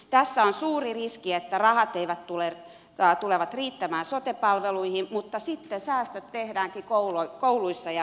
tässä on suuri riski että rahat tulevat riittämään sote palveluihin mutta sitten säästöt tehdäänkin kouluissa ja päiväkodeissa